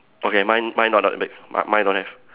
okay mine mine not that big my mine don't have